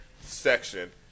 section